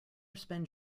spend